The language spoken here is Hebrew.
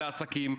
לעסקים,